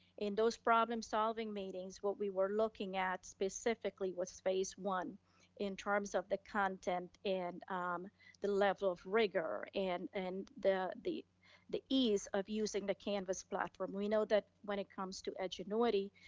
in those problem-solving meetings, what we were looking at specifically was phase one in terms of the content and um the level of rigor and and the the ease of using the canvas platform. we know that when it comes to edgenuity,